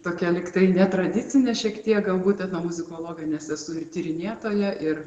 tokia lygtai netradicinė šiek tiek galbūt etnomuzikologė nes esu ir tyrinėtoja ir